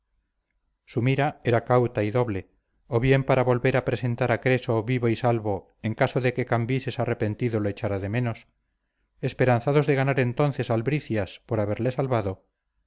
su mira era cauta y doble o bien para volver a presentar a creso vivo y salvo en caso de que cambises arrepentido lo echara menos esperanzados de ganar entonces albricias por haberle salvado